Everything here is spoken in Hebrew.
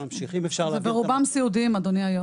ברובם סיעודיים אדוני היו"ר.